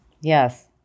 Yes